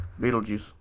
Beetlejuice